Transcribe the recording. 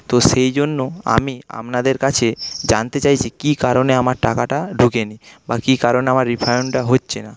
তো সেইজন্য আমি আপনাদের কাছে জানতে চাইছি কী কারণে আমার টাকাটা ঢোকেনি বা কী কারণে আমার রিফান্ডটা হচ্ছে না